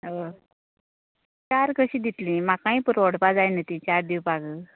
हय चार कशीं दितलीं म्हाकाय परवडपा जाय न्हय ती चार दिवपाक